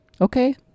Okay